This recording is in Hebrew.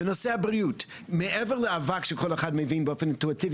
בנושא הבריאות מעבר לאבק שכל אחד מבין באופן אינטואיטיבי